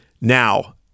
Now